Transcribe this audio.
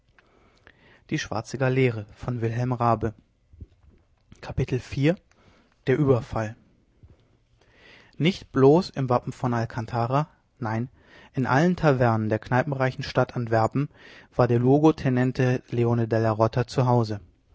der überfall nicht bloß im wappen von alkantara nein in allen tavernen der kneipenreichen stadt antwerpen war der luogotenente leone della rota